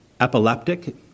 epileptic